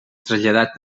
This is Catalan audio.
traslladat